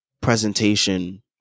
presentation